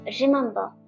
remember